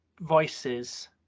voices